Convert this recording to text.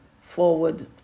forward